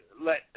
let